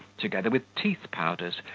together with teeth-powders,